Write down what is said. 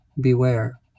beware